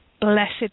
blessed